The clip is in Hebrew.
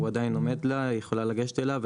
הוא עדיין עומד לה, היא יכולה לגשת אליו.